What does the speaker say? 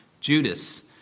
Judas